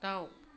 दाउ